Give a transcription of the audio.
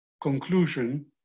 conclusion